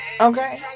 okay